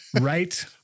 Right